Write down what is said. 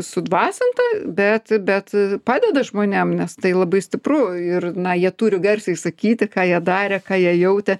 sudvasinta bet bet padeda žmonėm nes tai labai stipru ir na jie turi garsiai išsakyti ką jie darė ką jie jautė